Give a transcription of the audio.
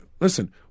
Listen